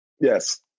Yes